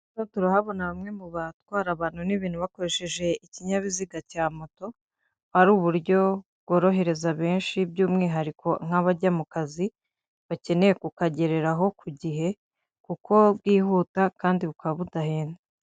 Hano turahabona bamwe mu batwara abantu n'ibintu bakoresheje ikinyabiziga cya moto, buba ari uburyo bworohereza benshi, by'umwihariko nk'abajya mu kazi bakeneye kukagereraho ku gihe, kuko bwihuta kandi bukaba budahenda.